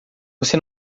você